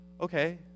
Okay